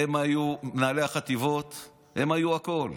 הם היו מנהלי החטיבות, הם היו הכול,